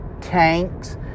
tanks